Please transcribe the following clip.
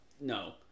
No